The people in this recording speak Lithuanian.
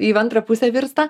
į antrą pusę virsta